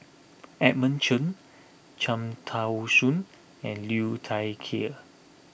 Edmund Cheng Cham Tao Soon and Liu Thai Ker